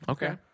Okay